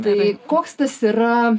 tai koks tas yra